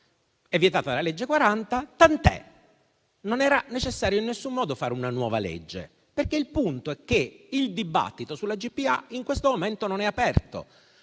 È vietata dalla legge n. 40, tant'è che non era necessario in alcun modo fare una nuova legge, perché il punto è che il dibattito sulla GPA in questo momento non è aperto.